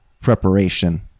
preparation